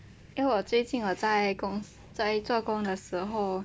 因我最近我在工在做工的时候